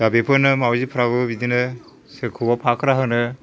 दा बेखौनो मावजिफ्राबो बिदिनो सोरखौबा फाख्रा होनो